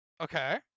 okay